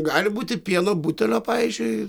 gali būti pieno butelio pavyzdžiui